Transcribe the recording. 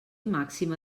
màxima